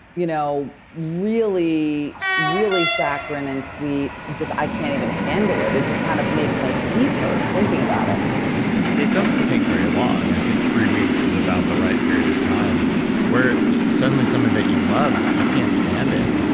you know really, really saccharin and sweet, just that i can't even handle it. it just kind of makes my teeth hurt thinking about it it doesn't take very long. i think three weeks is about the right period of time where suddenly something that you loved, you can't stand it.